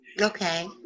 Okay